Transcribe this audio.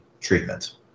treatment